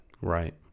Right